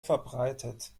verbreitet